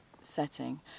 setting